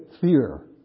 fear